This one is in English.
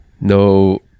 No